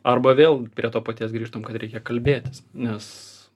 arba vėl prie to paties grįžtam kad reikia kalbėtis nes